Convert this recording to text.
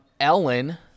Ellen